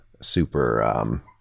super